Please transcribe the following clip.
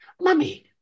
Mummy